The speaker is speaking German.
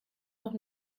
noch